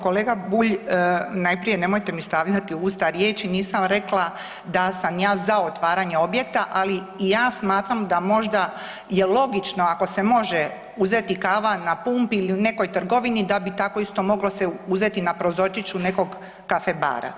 Kolega Bulj, najprije nemojte mi stavljati u usta riječi nisam rekla da sam ja za otvaranje objekta, ali i ja smatram da možda je logično ako se može uzeti kava na pumpi ili u nekoj trgovini da bi isto tako moglo se uzeti na prozorčiću nekog kafe bara.